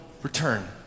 return